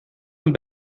een